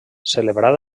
celebrat